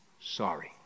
sorry